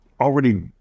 already